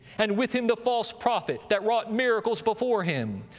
and with him the false prophet that wrought miracles before him,